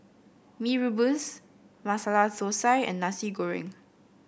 Mee Rebus Masala Thosai and Nasi Goreng